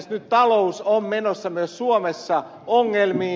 nyt talous on menossa myös suomessa ongelmiin